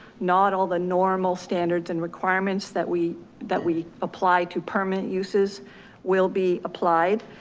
not all the normal standards and requirements that we that we apply to permanent uses will be applied,